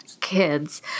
kids